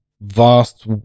vast